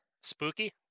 spooky